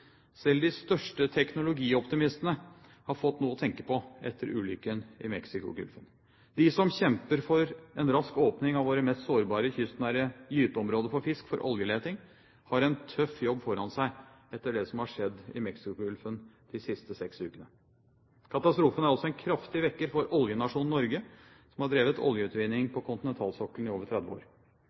Selv de største teknologioptimistene har fått noe å tenke på etter ulykken i Mexicogolfen. De som kjemper for en rask åpning for oljeleting i våre mest sårbare kystnære gyteområder for fisk, har en tøff jobb foran seg etter det som har skjedd i Mexicogolfen de siste seks ukene. Katastrofen er også en kraftig vekker for oljenasjonen Norge, som har drevet oljeutvinning på kontinentalsokkelen i over 30 år.